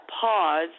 pause